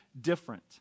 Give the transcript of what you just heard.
different